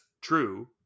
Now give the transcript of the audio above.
true